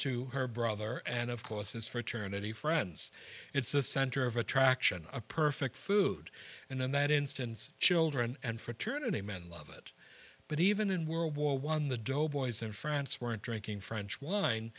to her brother and of course his fraternity friends it's a center of attraction a perfect food and in that instance children and fraternity men love it but even in world war one the doughboys in france weren't drinking french wine